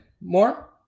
more